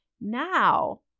Now